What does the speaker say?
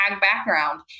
background